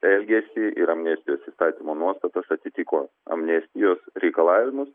elgesį ir amnestijos įstatymo nuostatas atitiko amnestijos reikalavimus